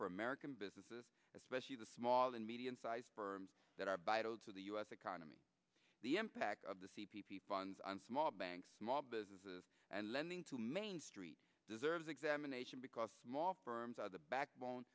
for american businesses especially small and medium sized berms that are battled to the u s economy the impact of the c p p funds on small banks small businesses and lending to main street deserves examination because small firms are the backbone